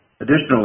Additionally